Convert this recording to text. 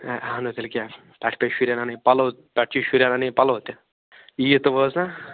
ہے اَہنو تیٚلہِ کیٛاہ اَسہِ پےٚ شُرٮ۪ن اَنٕنۍ پَلو پٮ۪ٹھٕ چھِ شُرٮ۪ن اَنٕنۍ پَلو تہِ عیٖد تہٕ وٲژ نا